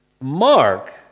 Mark